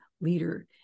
leader